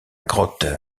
grotte